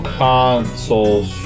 consoles